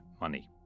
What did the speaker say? money